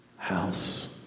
House